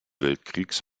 weltkriegs